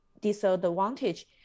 disadvantage